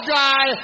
guy